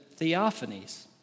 theophanies